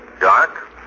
Dark